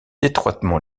étroitement